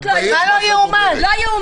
מה לא יאומן?